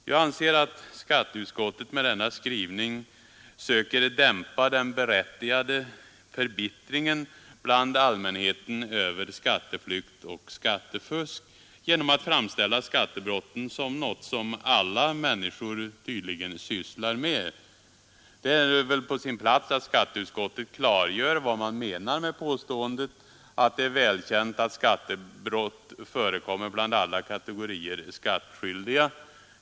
Jag anser att skatteutskottet med denna skrivning söker dämpa den berättigade förbittringen bland allmänheten över skatteflykt och skattefusk genom att framställa skattebrotten som något som alla människor tydligen sysslar med. Det är på sin plats att skatteutskottet klargör vad man menar med påståendet att det är välkänt att skattebrott förekommer bland alla kategorier skattskyldiga.